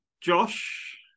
Josh